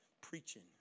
preaching